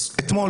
אז אתמול,